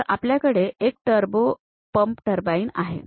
तर आपल्याकडे एक टर्बो पंप टर्बाईन आहे